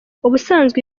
ubusanzwe